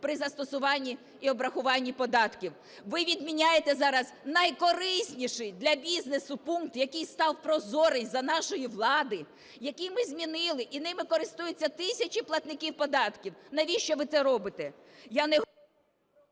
при застосуванні і обрахуванні податків. Ви відміняєте зараз найкорисніший для бізнесу пункт, який став прозорий за нашої влади, який ми змінили і ними користуються тисячі платників податків. Навіщо ви це робите?